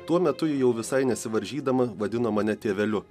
tuo metu ji jau visai nesivaržydama vadino mane tėveliu